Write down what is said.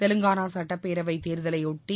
தெலுங்கானா சட்டப்பேரவை தேர்தலை ஒட்டி